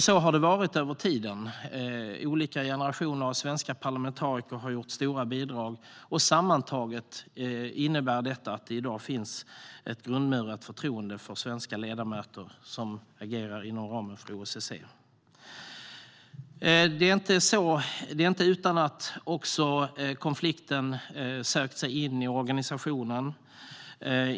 Så har det varit över tiden. Olika generationer av svenska parlamentariker har bidragit mycket. Sammantaget innebär detta att det i dag finns ett grundmurat förtroende för svenska ledamöter som agerar inom ramen för OSSE. Det är inte utan att konflikten har sökt sig in även i organisationen.